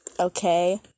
Okay